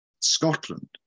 Scotland